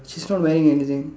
she's not wearing anything